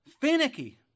finicky